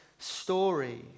Story